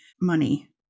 money